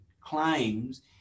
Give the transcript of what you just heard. claims